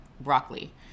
broccoli